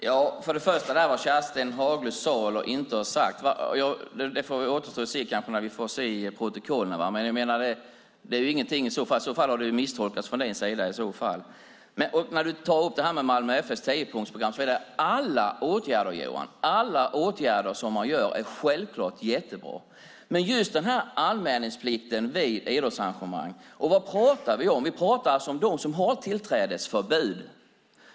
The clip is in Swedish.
Herr talman! Vad Kerstin Haglö har sagt eller inte får vi se i protokollet. Du kan ha misstolkat det. Du nämner Malmö FF:s tiopunktsprogram. Alla åtgärder är självklart jättebra. När det gäller anmälningsplikten pratar vi om dem som har tillträdesförbud.